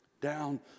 down